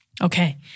Okay